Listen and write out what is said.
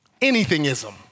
anythingism